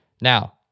Now